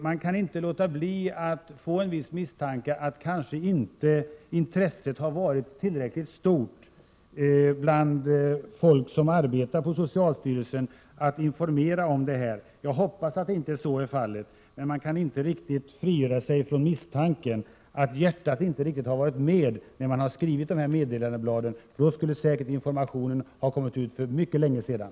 Man kan inte låta bli att få en viss misstanke att intresset att informera bland folk som arbetar på socialstyrelsen kanske inte har varit tillräckligt stort. Jag hoppas att så inte är fallet, men jag kan inte riktigt frigöra mig från misstanken att hjärtat inte har varit med när man har skrivit dessa meddelandeblad. Annars skulle säkert informationen ha kommit ut för länge sedan.